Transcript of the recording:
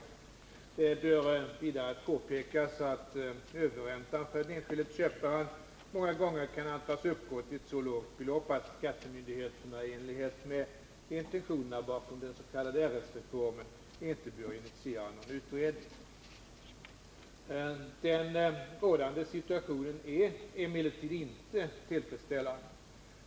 Det bör vidare påpekas att överräntan för den enskilde köparen många gånger kan antas uppgå till ett så lågt belopp att skattemyndigheterna i enlighet med intentionerna bakom den s.k. RS-reformen inte bör initiera någon utredning. Den rådande situationen är emellertid inte tillfredsställande.